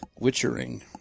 Witchering